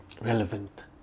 relevant